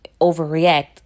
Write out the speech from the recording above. overreact